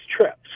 trips